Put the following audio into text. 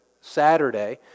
Saturday